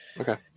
okay